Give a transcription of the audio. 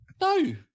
No